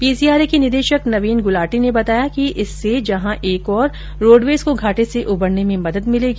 PCRA के निदेशक नवीन ग्लाटी ने बताया कि इससे जहां एक ओर रोडवेज को घाटे से उबरने में मदद मिलेगी